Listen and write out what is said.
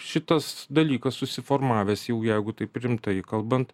šitas dalykas susiformavęs jau jeigu taip rimtai kalbant